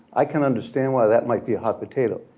i can understand why that might be a hot potato.